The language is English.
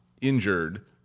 injured